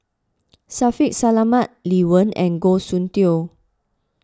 Shaffiq Selamat Lee Wen and Goh Soon Tioe